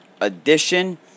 edition